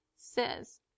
says